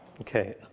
Okay